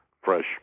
fresh